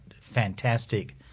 fantastic